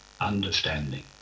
understanding